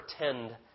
pretend